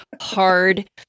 hard